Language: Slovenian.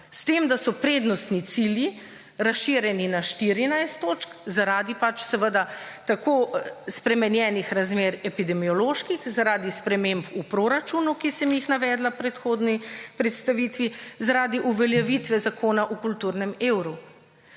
S tem, da so prednostni cilji razširjeni na 14 točk zaradi pač seveda tako spremenjenih razmer epidemioloških, zaradi sprememb v proračunu, ki sem jih navedla v predhodni predstavitvi, zaradi uveljavitve Zakona o kulturnem evru.